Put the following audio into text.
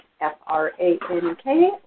F-R-A-N-K